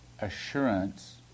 assurance